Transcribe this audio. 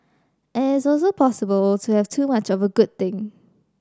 and it is also possible to have too much of a good thing